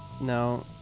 No